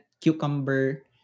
cucumber